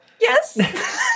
Yes